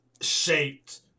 shaped